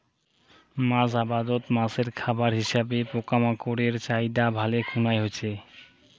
মাছ আবাদত মাছের খাবার হিসাবে পোকামাকড়ের চাহিদা ভালে খুনায় হইচে